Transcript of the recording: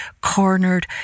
cornered